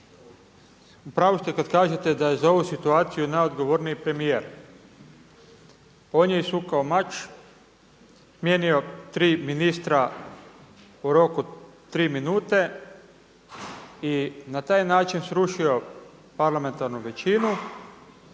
Upravu ste kada kažete da je za ovu situaciju premijer. On je isukao mač, smijenio tri ministra u roku tri minute i na taj način srušio parlamentarnu većinu,